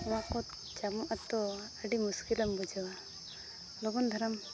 ᱱᱚᱣᱟ ᱠᱚ ᱡᱟᱢᱚᱜᱼᱟ ᱛᱚ ᱟᱹᱰᱤ ᱢᱩᱥᱠᱤᱞᱮᱢ ᱵᱩᱡᱷᱟᱹᱣᱟ ᱞᱚᱜᱚᱱ ᱫᱷᱟᱨᱟᱢ